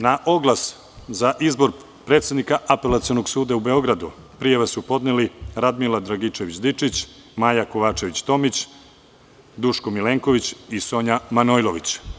Na oglas za izbor predsednika Apelacionog suda u Beogradu prijave su podneli: Radmila Dragičević Dičić, Maja Kovačević Tomić, Duško Milenković i Sonja Manojlović.